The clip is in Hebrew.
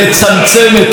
אתה לא מסוגל לפרגן?